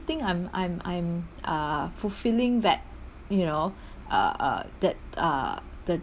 think I'm I'm I'm uh fulfilling that you know uh uh that uh that